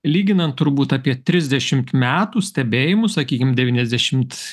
lyginant turbūt apie trisdešimt metų stebėjimų sakykim devyniasdešimt